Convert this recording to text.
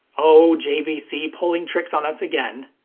oh, jvc, pulling tricks on us again!